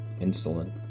insulin